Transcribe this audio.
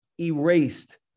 erased